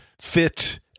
fit